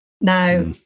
Now